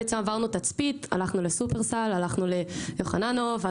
עברנו תצפית, הלכנו לשופרסל, הלכנו ליוחננוף.